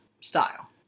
style